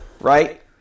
right